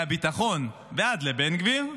מהביטחון ועד לבן גביר,